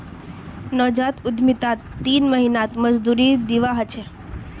नवजात उद्यमितात तीन महीनात मजदूरी दीवा ह छे